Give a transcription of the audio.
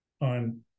on